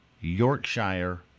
Yorkshire